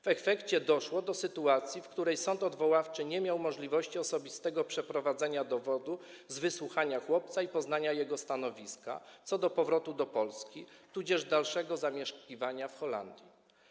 W efekcie doszło do sytuacji, w której sąd odwoławczy nie miał możliwości osobistego przeprowadzenia dowodu z wysłuchania chłopca i poznania jego stanowiska co do powrotu do Polski czy też dalszego zamieszkiwania w Holandii.